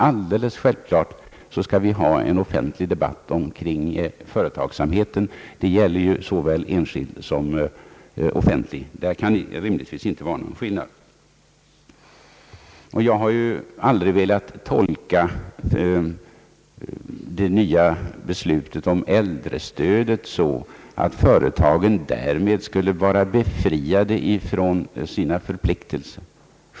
Alldeles självklart skall vi ha en offentlig debatt omkring såväl enskild som offentlig företagsamhet — därvidlag kan det rimligtvis inte vara någon skillnad. Jag har aldrig velat tolka det nya beslutet om äldrestödet så att företagen därmed skulle vara befriade från sina förpliktelser.